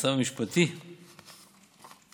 והמצב המשפטי של